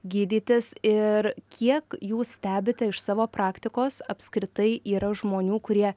gydytis ir kiek jūs stebite iš savo praktikos apskritai yra žmonių kurie